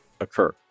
occur